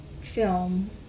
film